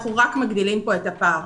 אנחנו רק מגדילים כאן את הפער.